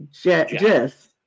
Jess